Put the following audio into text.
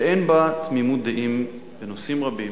שאין בה תמימות דעים בנושאים רבים,